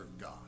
God